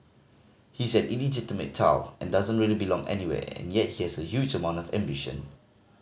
he's an illegitimate child and doesn't really belong anywhere and yet he has a huge amount of ambition